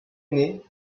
année